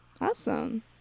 Awesome